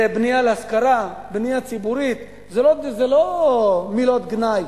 בנייה להשכרה, בנייה ציבורית, אלה לא מילות גנאי,